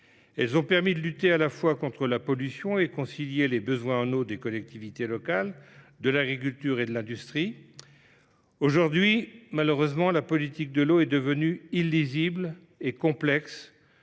elles ont permis de lutter contre la pollution et de concilier les besoins en eau des collectivités locales, de l’agriculture et de l’industrie. Malheureusement, la politique de l’eau est devenue illisible et complexe.